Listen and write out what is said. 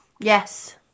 Yes